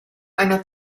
einer